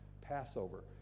Passover